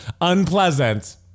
unpleasant